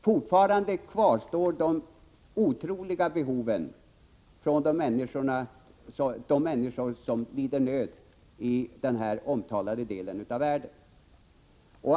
Fortfarande kvarstår de otroliga behoven hos de människor som lider nöd i den här omtalade delen av världen.